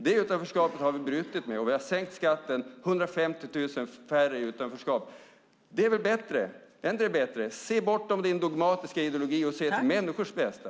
Det utanförskapet har vi brutit med. Vi har sänkt skatten, och 150 000 färre är i utanförskap. Är inte det bättre? Se bortom din dogmatiska ideologi och se till människors bästa.